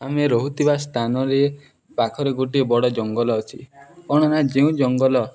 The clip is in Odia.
ଆମେ ରହୁଥିବା ସ୍ଥାନରେ ପାଖରେ ଗୋଟିଏ ବଡ଼ ଜଙ୍ଗଲ ଅଛି କ'ଣନା ଯେଉଁ ଜଙ୍ଗଲ